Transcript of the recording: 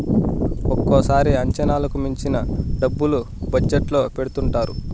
ఒక్కోసారి అంచనాలకు మించిన ఖర్చులు బడ్జెట్ లో పెడుతుంటారు